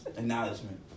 acknowledgement